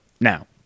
Now